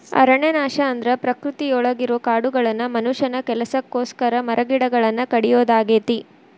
ಅರಣ್ಯನಾಶ ಅಂದ್ರ ಪ್ರಕೃತಿಯೊಳಗಿರೋ ಕಾಡುಗಳನ್ನ ಮನುಷ್ಯನ ಕೆಲಸಕ್ಕೋಸ್ಕರ ಮರಗಿಡಗಳನ್ನ ಕಡಿಯೋದಾಗೇತಿ